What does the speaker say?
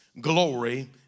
glory